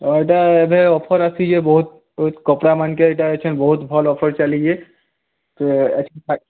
ହଁ ଏଟା ଏବେ ଅଫର୍ ଆସିଛେ ବହୁତ୍ କପଡ଼ା ମାନ୍କେ ଏଟା ଏଛେନ୍ ବହୁତ୍ ଭଲ୍ ଅଫର୍ ଚାଲିଛେ